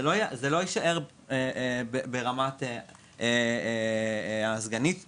זה לא יישאר ברמת הסגנית עודדה,